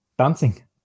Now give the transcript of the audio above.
dancing